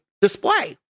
display